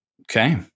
Okay